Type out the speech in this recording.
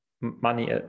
money